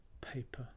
paper